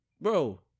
bro